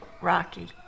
Rocky